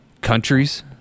countries